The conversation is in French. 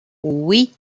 oui